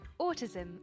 Autism